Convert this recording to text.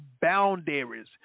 boundaries